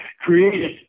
created